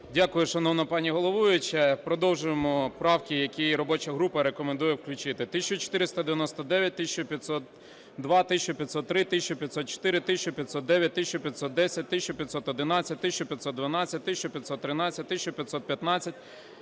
Дякую, шановна пані головуюча. Продовжуємо правки, які робоча група рекомендує включити. 1499, 1502, 1503, 1504, 1509, 1510, 1511, 1512, 1513, 1515,